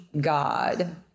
God